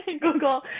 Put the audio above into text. Google